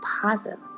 positive